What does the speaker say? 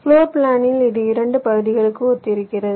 floor பிளானில் இது இரண்டு பகுதிகளுக்கு ஒத்திருக்கிறது